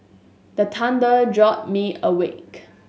the thunder jolt me awake